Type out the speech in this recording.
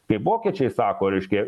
kaip vokiečiai sako reiškia